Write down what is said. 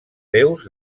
déus